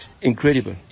Incredible